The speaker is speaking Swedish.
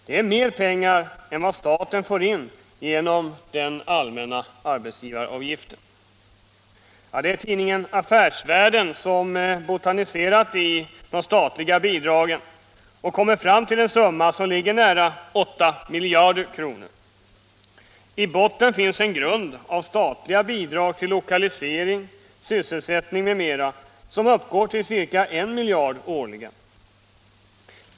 Det är mer pengar än vad staten får in genom den allmänna arbetsgivaravgiften. Det är tidningen Affärsvärlden som botaniserat i de statliga bidragen och kommit fram till en summa som ligger nära 8 miljarder kronor. I botten finns statliga bidrag till lokalisering, sysselsättning m.m. som uppgår till ca 1 miljard årligen.